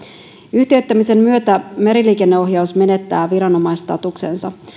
yhtiöittämisen myötä meriliikenneohjaus menettää viranomaisstatuksensa